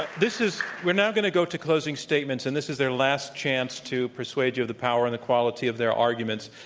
but this is we're now going to go to closing statements, and this is their last chance to persuade you of the power and the quality of their arguments.